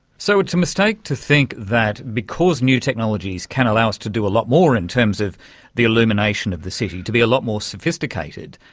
so it's a mistake to think that because new technologies can allow us to do a lot more in terms of the illumination of the city, to be a lot more sophisticated,